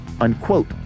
Unquote